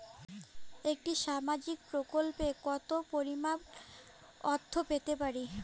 একটি সামাজিক প্রকল্পে কতো পরিমাণ অর্থ পেতে পারি?